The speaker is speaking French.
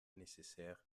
nécessaire